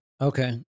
okay